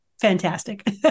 fantastic